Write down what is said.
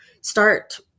Start